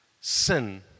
sin